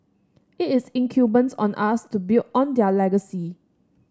it is incumbent on us to build on their legacy